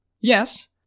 Yes